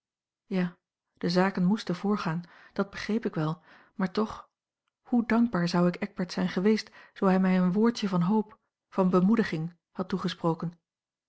ja de zaken moesten voorgaan dat begreep ik wel maar toch hoe dankbaar zou ik eckbert zijn geweest zoo hij mij een woordje van hoop van bemoediging had toegesproken